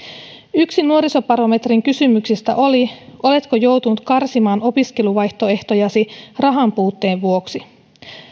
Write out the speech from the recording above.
yksi nuorisobarometrin kysymyksistä oli oletko joutunut karsimaan opiskeluvaihtoehtojasi rahan puutteen vuoksi